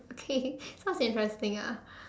okay sounds interesting ah